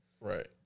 Right